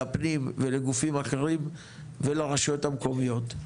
לפנים ולגופים אחרים ולרשויות המקומיות.